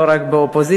לא רק באופוזיציה,